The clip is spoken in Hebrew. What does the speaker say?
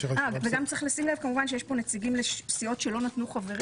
וגם צריך לשים לב שיש פה נציגים לסיעות שלא נתנו חברים.